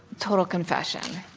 total confession.